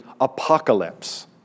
apocalypse